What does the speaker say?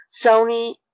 Sony